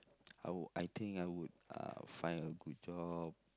I would I think I would uh find a good job